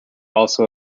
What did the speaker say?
also